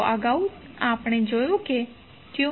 તો અગાઉ આપણે જોયું qCv